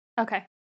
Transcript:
Okay